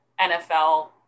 NFL